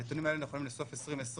הנתונים האלה נכונים לסוף 2020,